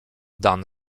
dan